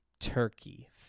turkey